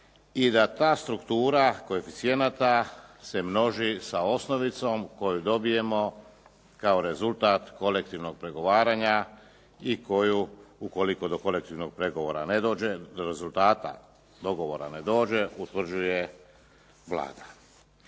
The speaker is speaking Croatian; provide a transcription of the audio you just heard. i da ta struktura koeficijenata se množi sa osnovicom koju dobijemo kao rezultat kolektivnog pregovaranja i koju ukoliko do kolektivnog pregovora ne dođe, do rezultata, dogovora ne dođe utvrđuje Vlada.